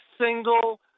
single –